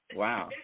wow